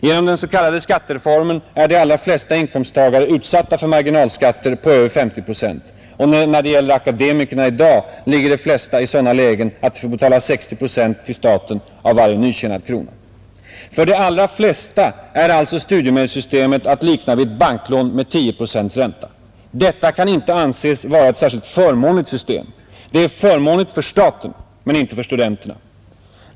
Genom den s.k. skattereformen är de allra flesta inkomsttagare utsatta för marginalskatter på över 50 procent, och de flesta akademiker befinner sig i dag i sådana inkomstlägen att de får betala 60 procent till staten av varje ny tjänad krona. För de allra flesta är alltså studiemedelssystemet att likna vid ett banklån med 10 procents ränta. Detta kan inte anses vara ett särskilt förmånligt system. Det är förmånligt för staten men inte för studenterna.